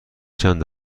چند